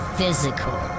physical